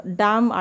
dam